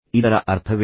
ಇದರ ಅರ್ಥವೇನು